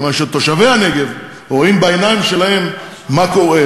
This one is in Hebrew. מכיוון שתושבי הנגב רואים בעיניים שלהם מה קורה,